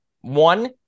One